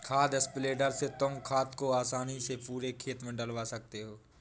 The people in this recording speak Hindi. खाद स्प्रेडर से तुम खाद को आसानी से पूरे खेत में डलवा सकते हो